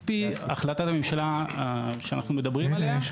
על פי החלטת הממשלה שאנחנו מדברים עליה,